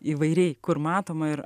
įvairiai kur matoma ir